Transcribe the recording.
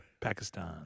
Pakistan